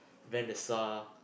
van der Sar